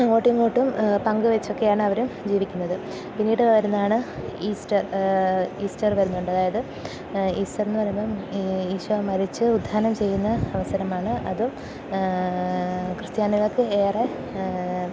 അങ്ങോട്ടും ഇങ്ങോട്ടും പങ്കു വച്ചൊക്കെയാണ് അവരും ജീവിക്കുന്നത് പിന്നീടു വരുന്നതാണ് ഈസ്റ്റർ ഈസ്റ്റർ വരുന്നുണ്ട് അതായത് ഈസ്റ്ററെന്നു പറയുമ്പോള് ഈശോ മരിച്ച് ഉത്ഥാനം ചെയ്യുന്ന അവസരമാണ് അതും ക്രിസ്ത്യാനികൾക്ക് ഏറെ